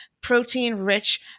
protein-rich